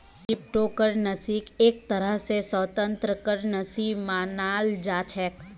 crypto करन्सीक एक तरह स स्वतन्त्र करन्सी मानाल जा छेक